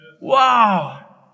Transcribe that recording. Wow